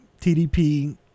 tdp